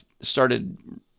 started